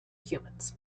humans